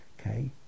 Okay